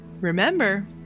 remember